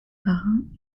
parrin